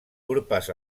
urpes